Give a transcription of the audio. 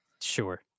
sure